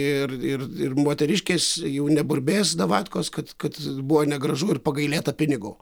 ir ir ir moteriškės jau neburbės davatkos kad kad buvo negražu ir pagailėta pinigo